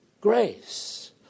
grace